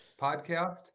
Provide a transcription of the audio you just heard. podcast